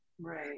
Right